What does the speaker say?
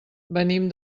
venim